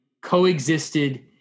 coexisted